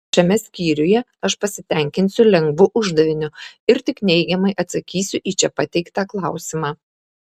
šiame skyriuje aš pasitenkinsiu lengvu uždaviniu ir tik neigiamai atsakysiu į čia pateiktą klausimą